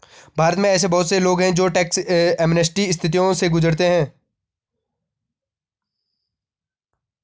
भारत में ऐसे बहुत से लोग हैं जो टैक्स एमनेस्टी स्थितियों से गुजरते हैं